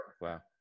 Wow